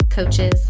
Coaches